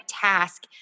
task